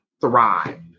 thrive